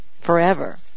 forever